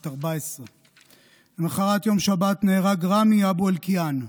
בת 14. למוחרת, יום שבת, נהרג ראמי אבו אלקיעאן,